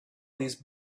these